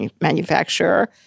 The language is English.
manufacturer